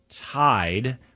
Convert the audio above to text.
tied